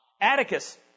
Atticus